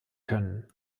können